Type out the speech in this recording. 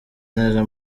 neza